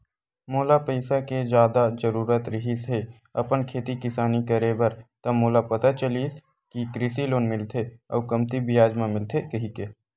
मोला पइसा के जादा जरुरत रिहिस हे अपन खेती किसानी करे बर त मोला पता चलिस कि कृषि लोन मिलथे अउ कमती बियाज म मिलथे कहिके